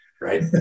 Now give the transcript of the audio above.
Right